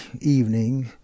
evening